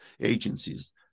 agencies